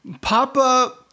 Papa